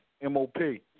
M-O-P